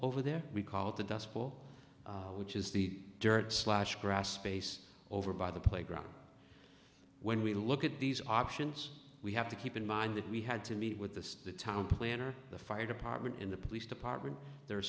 over there we call it the dust bowl which is the dirt slash grass space over by the playground when we look at these options we have to keep in mind that we had to meet with the the town planner the fire department and the police department there are